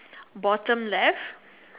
bottom left